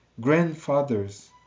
grandfathers